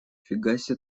фигасе